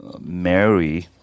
Mary